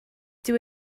dyw